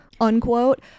Unquote